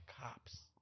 cops